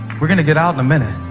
we're going to get out in a minute,